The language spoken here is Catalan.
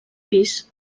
pis